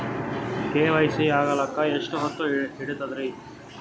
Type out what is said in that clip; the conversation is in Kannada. ಕೆ.ವೈ.ಸಿ ಆಗಲಕ್ಕ ಎಷ್ಟ ಹೊತ್ತ ಹಿಡತದ್ರಿ?